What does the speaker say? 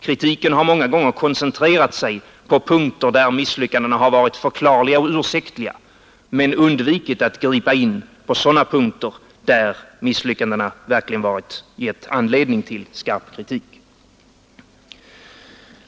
Kritiken har många gånger koncentrerat sig på punkter där misslyckandena har varit förklarliga och ursäktliga men undvikit att gripa in på sådana punkter där misslyckandena verkligen gett anledning till skarp kritik.